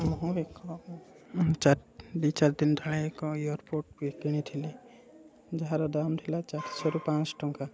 ମୁଁହୁ ଏକ ଚାରି ଦୁଇ ଚାରି ଦିନ ତଳେ ଏକ ଇଅରପୋର୍ଟ କିଣିଥିଲି ଯାହାର ଦାମ ଥିଲା ଚାରିଶହରୁ ପାଞ୍ଚଶହ ଟଙ୍କା